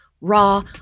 raw